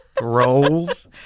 Rolls